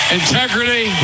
integrity